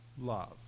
love